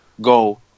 go